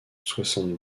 soixante